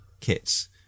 kits